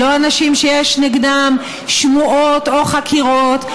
לא אנשים שיש נגדם שמועות או חקירות.